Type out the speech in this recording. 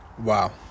Wow